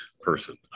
person